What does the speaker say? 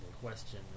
question